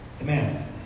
Amen